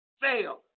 fail